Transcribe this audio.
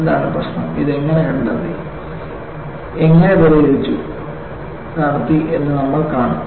എന്താണ് പ്രശ്നം ഇത് എങ്ങനെ കണ്ടെത്തി എങ്ങനെ പരിഹരിച്ചു നടത്തി എന്ന് നമ്മൾ കാണും